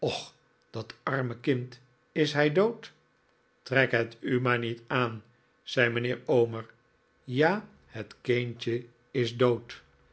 dat arme kind is hij dood trek het u maar niet aan zei mijnheer omer ja het kindje is dood